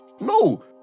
No